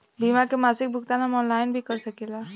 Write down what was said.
बीमा के मासिक भुगतान हम ऑनलाइन भी कर सकीला?